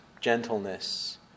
gentleness